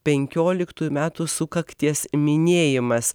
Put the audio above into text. penkioliktųjų metų sukakties minėjimas